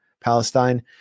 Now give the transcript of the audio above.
Palestine